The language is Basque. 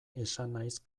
esanahiz